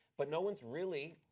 but no one is really,